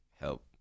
help